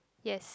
yes